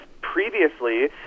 previously